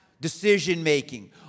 decision-making